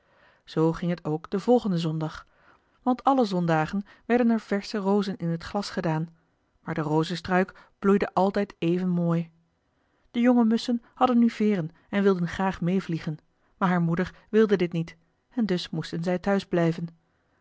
zoo ging het ook den volgenden zondag want alle zondagen werden er versche rozen in het glas gedaan maar de rozestruik bloeide altijd even mooi de jonge musschen hadden nu veeren en wilden graag meevliegen maar haar moeder wilde dit niet en dus moesten zij thuis blijven